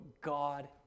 God